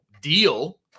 deal